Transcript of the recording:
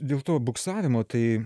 dėl to buksavimo tai